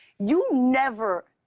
you never,